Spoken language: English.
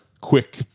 quick